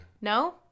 No